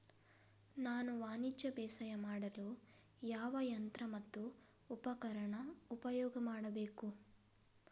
ನಾನು ವಾಣಿಜ್ಯ ಬೇಸಾಯ ಮಾಡಲು ಯಾವ ಯಂತ್ರ ಮತ್ತು ಉಪಕರಣ ಉಪಯೋಗ ಮಾಡಬೇಕು?